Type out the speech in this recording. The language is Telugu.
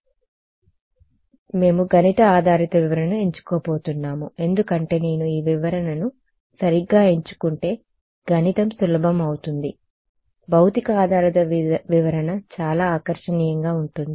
కాబట్టి మేము గణిత ఆధారిత వివరణను ఎంచుకోబోతున్నాము ఎందుకంటే నేను ఈ వివరణను సరిగ్గా ఎంచుకుంటే గణితం సులభం అవుతుంది భౌతిక ఆధారిత వివరణ చాలా ఆకర్షణీయంగా ఉంటుంది